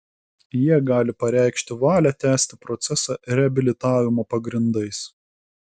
jie gali pareikšti valią tęsti procesą reabilitavimo pagrindais